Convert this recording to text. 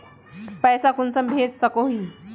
पैसा कुंसम भेज सकोही?